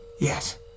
Yes